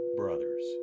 brothers